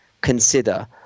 consider